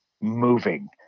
moving